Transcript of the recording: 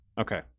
Okay